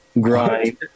grind